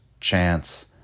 chance